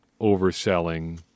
overselling